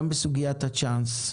גם בסוגיית הצ'אנס,